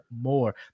more